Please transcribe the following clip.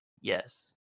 Yes